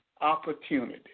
opportunity